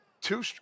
Two